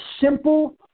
simple